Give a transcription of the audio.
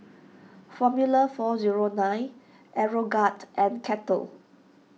formula four zero nine Aeroguard and Kettle